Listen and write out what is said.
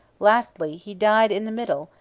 lastly, he died in the middle,